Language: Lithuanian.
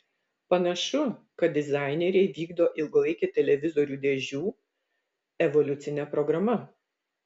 panašu kad dizaineriai vykdo ilgalaikę televizorių dėžių evoliucine programa